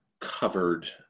covered